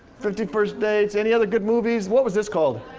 fifty first dates. any other good movies? what was this called?